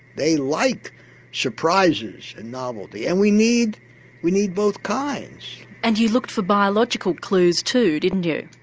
they like surprises and novelty and we need we need both kinds. and you looked for biological clues too didn't you?